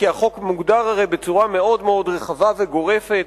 כי החוק מוגדר הרי בצורה מאוד רחבה וגורפת,